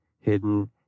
hidden